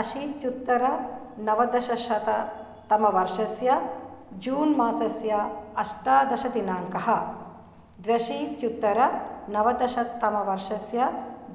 अशीत्युत्तर नवदशशततम वर्षस्य जून् मासस्य अष्टादश दिनाङ्कः द्व्यशीत्युत्तर नवदशतम वर्षस्य